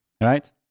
right